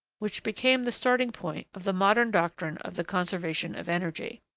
which became the starting-point of the modern doctrine of the conservation of energy.